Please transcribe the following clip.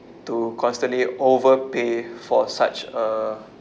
to constantly overpay for such a